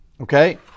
Okay